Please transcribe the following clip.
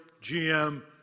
GM